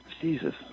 Jesus